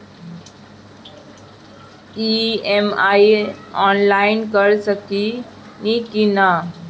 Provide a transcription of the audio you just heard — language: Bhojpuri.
ई.एम.आई आनलाइन कर सकेनी की ना?